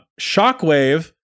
Shockwave